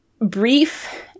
brief